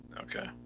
Okay